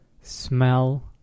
smell